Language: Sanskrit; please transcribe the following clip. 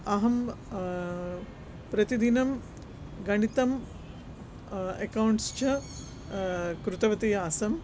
अहं प्रतिदिनं गणितं एकौण्ट्स् च कृतवती आसम्